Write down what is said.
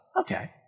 Okay